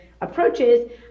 approaches